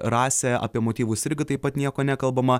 rasė apie motyvus irgi taip pat nieko nekalbama